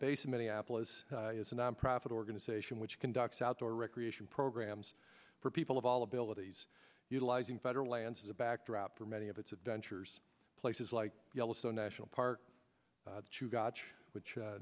based in minneapolis is a nonprofit organization which conducts outdoor recreation programs for people of all abilities utilizing federal lands as a backdrop for many of its adventures places like yellowstone national park to gotch which